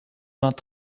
vingt